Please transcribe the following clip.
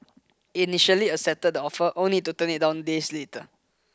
it initially accepted the offer only to turn it down days later